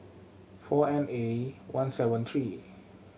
four N A one seven three